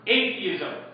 atheism